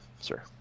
sir